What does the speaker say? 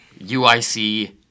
UIC